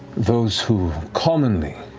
those who commonly